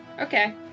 Okay